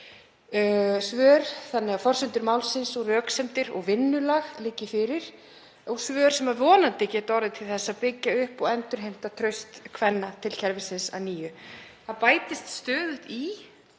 svör þannig að forsendur málsins og röksemdir og vinnulag liggi fyrir, svör sem geta vonandi orðið til að byggja upp og endurheimta traust kvenna til kerfisins að nýju. Það bætist stöðugt í